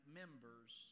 members